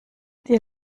die